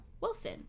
wilson